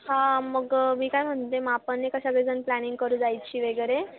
हा मग मी काय म्हणते मग आपण नाही का सगळेजण प्लॅनिंग करू जायची वगैरे